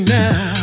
now